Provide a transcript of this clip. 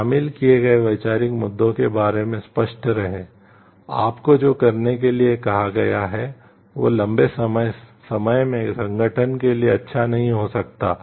शामिल किए गए वैचारिक मुद्दों के बारे में स्पष्ट रहें आपको जो करने के लिए कहा गया है वह लंबे समय में संगठन के लिए अच्छा नहीं हो सकता है